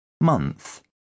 Month